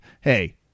hey